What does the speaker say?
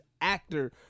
actor